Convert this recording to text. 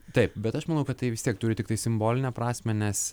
taip bet aš manau kad tai vis tiek turi tiktai simbolinę prasmę nes